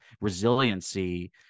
resiliency